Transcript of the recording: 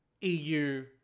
EU